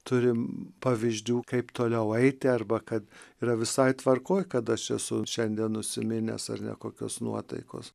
turime pavyzdžių kaip toliau eiti arba kad yra visai tvarkoje kad aš esu šiandien nusiminęs ar nekokios nuotaikos